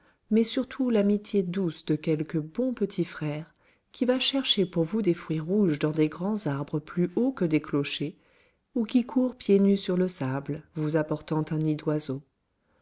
mais surtout l'amitié douce de quelque bon petit frère qui va chercher pour vous des fruits rouges dans des grands arbres plus hauts que des clochers ou qui court pieds nus sur le sable vous apportant un nid d'oiseau